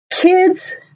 Kids